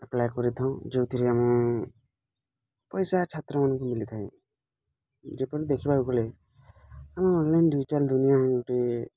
apply କରିଥାଉଁ ଯେଉଁଥିରେ ଆମ ପଇସା ଛାତ୍ରମାନଙ୍କୁ ମିଳିଥାଏ ଯେପରି ଦେଖିବାକୁ ଗଲେ ଆମ ଅନଲାଇନ୍ ଡିଜିଟାଲ୍ ଦୁନିଆ ହିଁ ଗୋଟେ